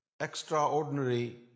extraordinary